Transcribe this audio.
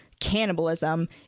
cannibalism